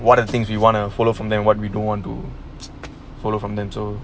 what are the things you want to follow from them what we don't want to follow from them too